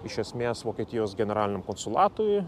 iš esmės vokietijos generaliniam konsulatui